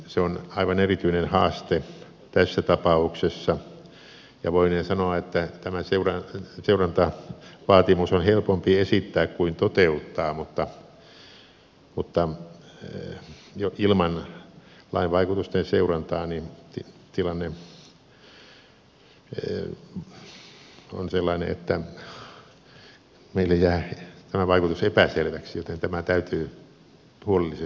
se on aivan erityinen haaste tässä tapauksessa ja voinee sanoa että tämä seurantavaatimus on helpompi esittää kuin toteuttaa mutta ilman lain vaikutusten seurantaa tilanne on sellainen että meille jää tämä vaikutus epäselväksi joten tämä täytyy huolellisesti toteuttaa